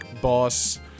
boss